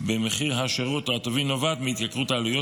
במחיר השירות או הטובין נובעת מהתייקרות העלויות